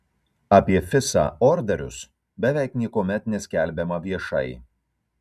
apie fisa orderius beveik niekuomet neskelbiama viešai